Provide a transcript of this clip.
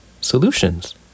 solutions